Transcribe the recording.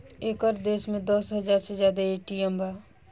एकर देश में दस हाजार से जादा ए.टी.एम बा